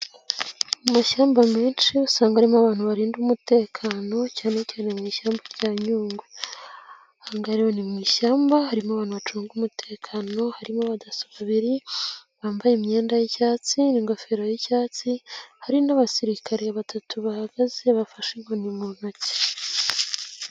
Mu mashyamba menshi usanga harimo abantu barinda umutekano, cyane cyane mu ishyamba rya nyungwe. Aha ngaha rero ni mu ishyamba, harimo abantu bacunga umutekano, harimo abadaso babiri bambaye imyenda y'icyatsi ,n'ingofero y'icyatsi, hari n'abasirikare batatu bahagaze bafashe inkoni mu ntoki.